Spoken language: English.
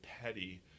petty